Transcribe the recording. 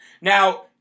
Now